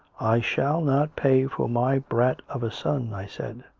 i shall not pay for my brat of a son i said.